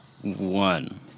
one